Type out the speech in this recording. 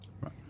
right